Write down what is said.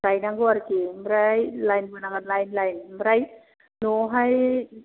गायनांगौ आरोखि ओमफ्राय लाइन बोनांगोन लाइन लाइन ओ ओमफ्राय न'आवहाय